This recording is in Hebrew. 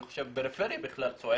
אני חושב שבכלל הפריפריה צועקת.